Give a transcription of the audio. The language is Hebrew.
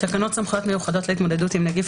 תקנות סמכויות מיוחדות להתמודדות עם נגיף